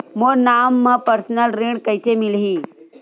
मोर नाम म परसनल ऋण कइसे मिलही?